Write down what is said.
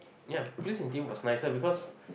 yup police and thief was nicer because